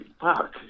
fuck